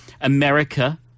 America